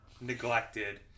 neglected